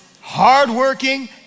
hardworking